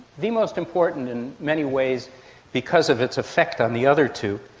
the most important in many ways because of its effect on the other two.